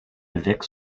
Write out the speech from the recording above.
avec